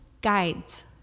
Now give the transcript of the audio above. guides